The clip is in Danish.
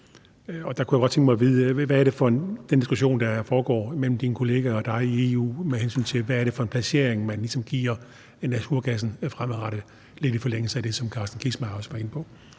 og der kunne jeg godt tænke mig at vide: Hvad er det for en diskussion, der foregår mellem dine kolleger og dig i EU, med hensyn til hvad det er for en placering, man ligesom giver naturgassen fremadrettet? Det er lidt i forlængelse af det, som Carsten Kissmeyer også var inde på.